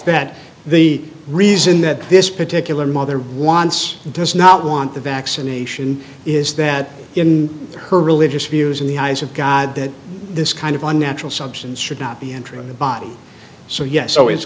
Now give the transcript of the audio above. that the reason that this particular mother wants does not want the vaccination is that in her religious views in the eyes of god that this kind of unnatural substance should not be entering the body so yes so it's